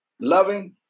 Loving